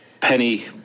Penny